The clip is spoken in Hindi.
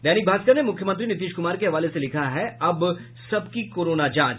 दैनिक भास्कर ने मुख्यमंत्री नीतीश कुमार के हवाले से लिखा है अब सब की कोरोना जांच